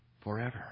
Forever